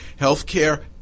Healthcare